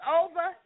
over